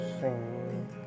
sing